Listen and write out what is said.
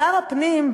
שר הפנים,